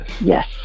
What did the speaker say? Yes